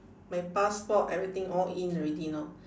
my passport everything all in already know